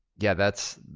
yeah, that's,